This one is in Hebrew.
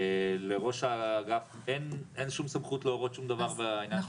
לראש האגף אין שום סמכות להורות שום דבר בעניין.